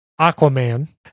Aquaman